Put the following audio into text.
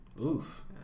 Oof